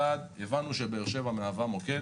הבנו שבאר שבע מהווה מוקד,